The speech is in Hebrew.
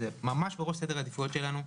ממש בראש סדר העדיפויות שלנו,